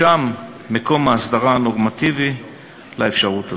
שם מקום ההסדרה הנורמטיבי לאפשרות הזאת.